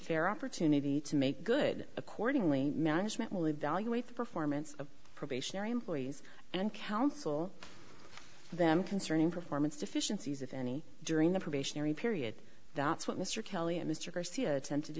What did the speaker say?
fair opportunity to make good accordingly management will evaluate the performance of probationary employees and counsel them concerning performance deficiencies if any during the probationary period that's what mr kelly